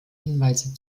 hinweise